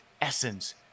essence